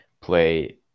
play